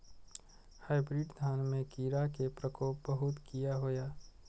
Hybrid धान में कीरा के प्रकोप बहुत किया होया?